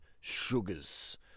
sugars